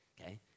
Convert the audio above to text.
okay